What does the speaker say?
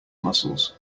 muscles